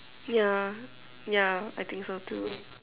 ya ya I think so too